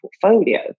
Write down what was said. portfolio